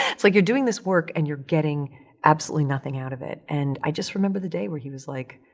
it's like you're doing this work and you're getting absolutely nothing out of it. and i just remember the day where he was like,